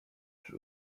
czy